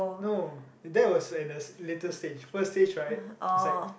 no that was in the later stage first stage right is like